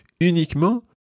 uniquement